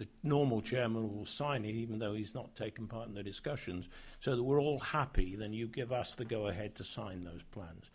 the normal chairman will sign even though he's not taking part in the discussions so we're all happy then you give us the go ahead to sign those plans